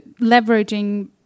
leveraging